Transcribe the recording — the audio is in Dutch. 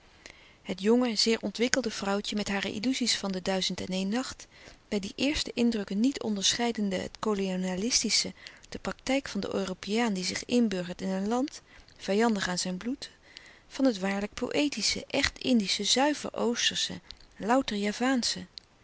het jonge zeer ontwikkelde vrouwtje met louis couperus de stille kracht hare illuzies van den duizend-en-een-nacht bij die eerste indrukken niet onderscheidende het kolonialistische de praktijk van den europeaan die zich inburgert in een land vijandig aan zijn bloed van het waarlijk poëtische echt indische zuiver oostersche louter javaansche